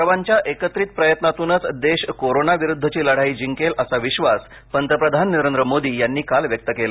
सर्वांच्या एकत्रित प्रयत्नांतूनच देश कोरोना विरुद्धची लढाई जिंकेल असा विश्वास पंतप्रधान नरेंद्र मोदी यांनी काल व्यक्त केला